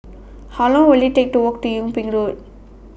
How Long Will IT Take to Walk to Yung Ping Road